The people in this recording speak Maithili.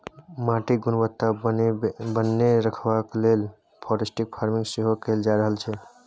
माटिक गुणवत्ता बनेने रखबाक लेल फॉरेस्ट फार्मिंग सेहो कएल जा रहल छै